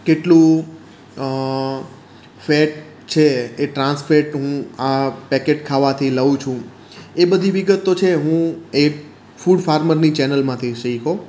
કેટલું ફેટ છે એ ટ્રાન્સફેટ હું આ પેકેટ ખાવાથી લઉં છું એ બધી વિગત તો છે હું એ ફૂડ ફાર્મરની ચેનલમાંથી શીખ્યો